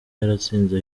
yaratsinze